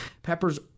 Peppers